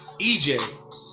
EJ